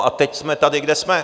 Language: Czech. A teď jsme tady, kde jsme.